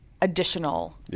additional